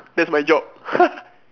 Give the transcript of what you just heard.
that's my job